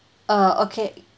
uh okay